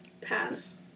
Pass